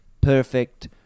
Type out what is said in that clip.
perfect